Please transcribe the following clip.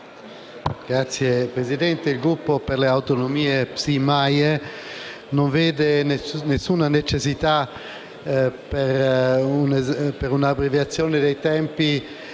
Signor Presidente, il Gruppo per le Autonomie PSI-MAIE non vede alcuna necessità per un'abbreviazione dei tempi